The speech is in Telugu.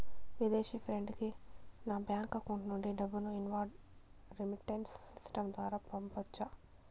విదేశీ ఫ్రెండ్ కి నా బ్యాంకు అకౌంట్ నుండి డబ్బును ఇన్వార్డ్ రెమిట్టెన్స్ సిస్టం ద్వారా పంపొచ్చా?